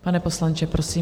Pane poslanče, prosím.